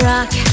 Rock